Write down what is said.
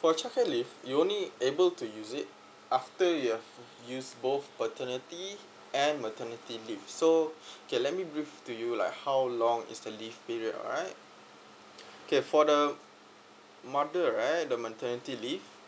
for childcare leave you'll only able to use it after you've used both paternity and maternity leaves so K let me brief to you like how long is the leave period right K for the mother right the maternity leave